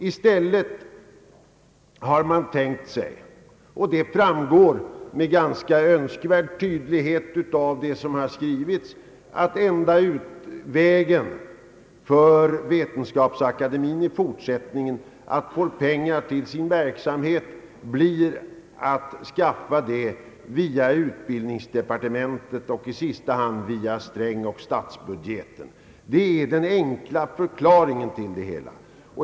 I stället har man tänkt sig — det framgår med önskvärd tydlighet av vad som har skrivits — att enda utvägen för Vetenskapsakademien att i fortsättningen få pengar till sin verksamhet blir att skaffa dem via utbildningsdepartementet och i sista hand via herr Sträng och statsbudgeten. Det är den enkla förklaringen.